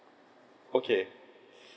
okay